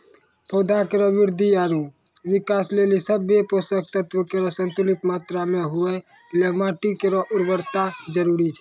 पौधा केरो वृद्धि आरु विकास लेलि सभ्भे पोसक तत्व केरो संतुलित मात्रा म होवय ल माटी केरो उर्वरता जरूरी छै